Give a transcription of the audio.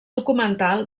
documental